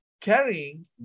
carrying